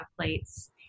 plates